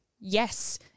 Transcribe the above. yes